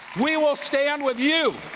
we will stand with you.